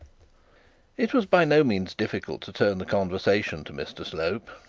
it was by no means difficult to turn the conversation to mr slope.